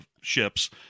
ships